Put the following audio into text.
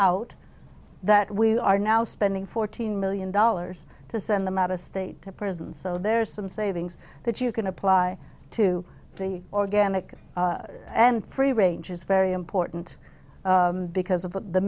out that we are now spending fourteen million dollars to send them out of state prison so there are some savings that you can apply to be organic and free range is very important because of the